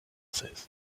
française